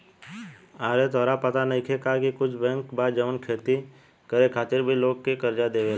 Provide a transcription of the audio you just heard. आरे तोहरा पाता नइखे का की कुछ बैंक बा जवन खेती करे खातिर भी लोग के कर्जा देवेला